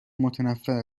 متنفر